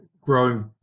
growing